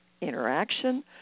interaction